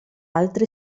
altri